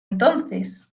entonces